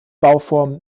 bauform